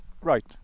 Right